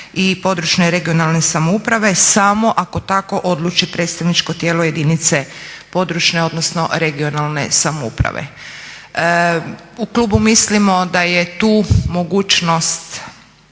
i područne (regionalne) samouprave samo ako tako odluči predstavničko tijelo jedinice područne, odnosno regionalne samouprave. U klubu mislimo da je to mogućnost